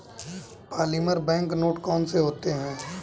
polymer bank note कौन से होते हैं